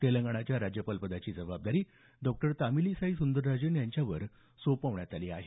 तेलंगणाच्या राज्यपालपदाची जबाबदारी डॉक्टर तमिलीसाई सुंदरराजन यांच्यावर सोपवण्यात आली आहे